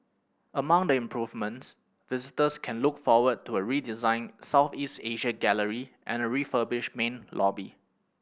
among the improvements visitors can look forward to a redesigned Southeast Asia gallery and a refurbished main lobby